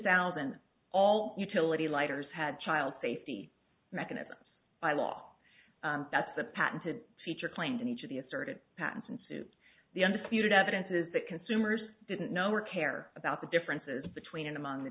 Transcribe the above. thousand all utility lighters had child safety mechanisms by law that's a patented feature claimed in each of the asserted patents and soup the undisputed evidence is that consumers didn't know or care about the differences between and among the